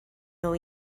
nhw